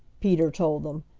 peter told them.